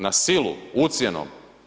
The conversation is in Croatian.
Na silu, ucjenom?